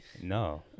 No